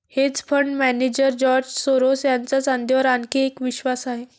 hedge fund manager George Soros यांचा चांदीवर आणखी एक विश्वास आहे